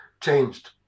changed